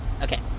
Okay